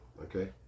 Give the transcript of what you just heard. okay